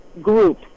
group